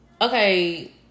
Okay